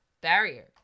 barrier